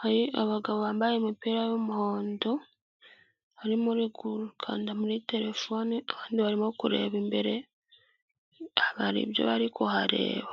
Hari abagabo bambaye imipira y'umuhondo, harimo uri gukanda muri telefone, abandi barimo kureba imbere, hari ibyo bari kuhareba.